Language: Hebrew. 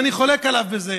ואני חולק עליו בזה,